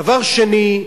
דבר שני,